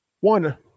One